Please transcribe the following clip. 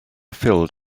filled